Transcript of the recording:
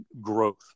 growth